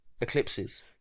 eclipses